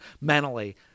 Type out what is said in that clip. mentally